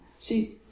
See